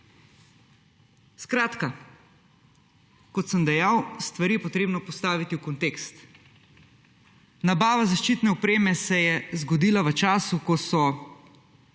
Skratka, kot sem dejal, stvari je potrebno postaviti v kontekst. Nabava zaščitne opreme se je zgodila v času, ko so